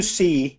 see